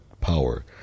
power